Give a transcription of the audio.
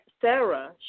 Sarah